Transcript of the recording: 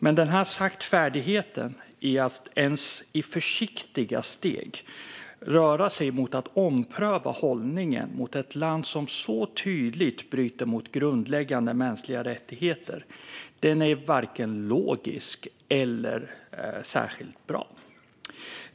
Men denna saktfärdighet när det gäller att ens med försiktiga steg röra sig mot att ompröva hållningen gentemot ett land som så tydligt bryter mot grundläggande mänskliga rättigheter är varken logisk eller särskilt bra.